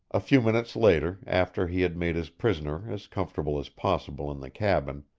a few minutes later, after he had made his prisoner as comfortable as possible in the cabin,